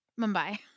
Mumbai